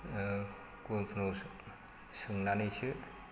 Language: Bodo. गनथराव सोंनानैसो